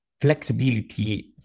flexibility